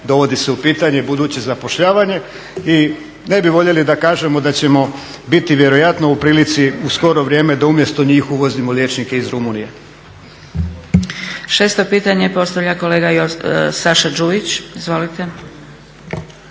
dovodi se u pitanje buduće zapošljavanje. I ne bi voljeli da kažemo da ćemo biti vjerojatno u prilici u skoro vrijeme da umjesto njih uvozimo liječnike iz Rumunjske. **Zgrebec, Dragica (SDP)** Šesto pitanje postavlja kolega Saša Đujić, izvolite.